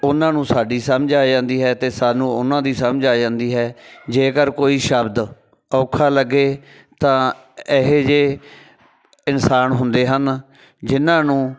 ਉਹਨਾਂ ਨੂੰ ਸਾਡੀ ਸਮਝ ਆ ਜਾਂਦੀ ਹੈ ਅਤੇ ਸਾਨੂੰ ਉਹਨਾਂ ਦੀ ਸਮਝ ਆ ਜਾਂਦੀ ਹੈ ਜੇਕਰ ਕੋਈ ਸ਼ਬਦ ਔਖਾ ਲੱਗੇ ਤਾਂ ਇਹੋ ਜਿਹੇ ਇਨਸਾਨ ਹੁੰਦੇ ਹਨ ਜਿਹਨਾਂ ਨੂੰ